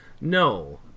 No